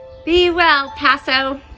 be well paso!